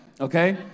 okay